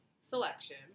selection